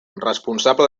responsable